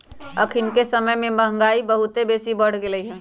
अखनिके समय में महंगाई बहुत बेशी बढ़ गेल हइ